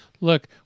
look